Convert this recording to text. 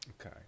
Okay